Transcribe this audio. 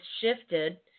shifted